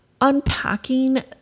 unpacking